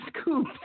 scoop